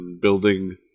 building